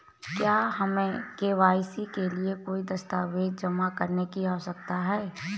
क्या हमें के.वाई.सी के लिए कोई दस्तावेज़ जमा करने की आवश्यकता है?